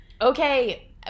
Okay